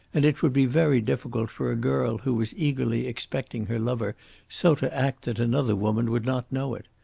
and it would be very difficult for a girl who was eagerly expecting her lover so to act that another woman would not know it.